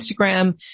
Instagram